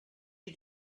you